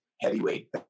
heavyweight